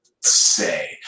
say